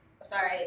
Sorry